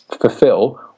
Fulfill